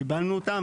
קיבלנו אותם,